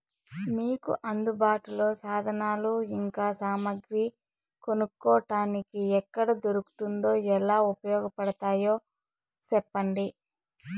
మీకు అందుబాటులో సాధనాలు ఇంకా సామగ్రి కొనుక్కోటానికి ఎక్కడ దొరుకుతుందో ఎలా ఉపయోగపడుతాయో సెప్పండి?